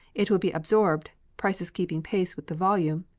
it would be absorbed, prices keeping pace with the volume,